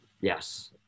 Yes